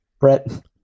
Brett